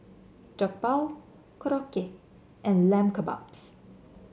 Jokbal Korokke and Lamb Kebabs